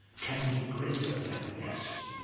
can be greater than this?